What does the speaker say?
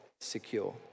secure